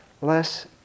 less